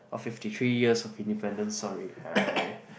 of fifty three years of independence sorry I